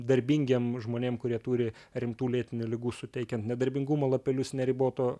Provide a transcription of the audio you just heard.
darbingiem žmonėm kurie turi rimtų lėtinių ligų suteikiant nedarbingumo lapelius neriboto